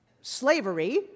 slavery